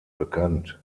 bekannt